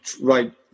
right